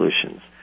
Solutions